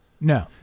no